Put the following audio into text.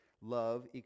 love